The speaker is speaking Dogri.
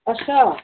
अच्छा